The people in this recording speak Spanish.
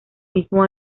mismo